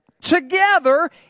together